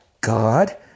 God